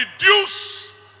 reduce